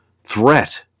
threat